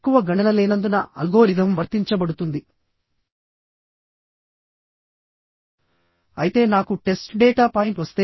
ఎందుకంటే critical section లో number of bolt holes 3 ఉన్నాయి కనుక